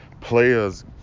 players